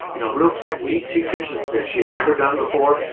you know, real technique teachers that that she had never done before.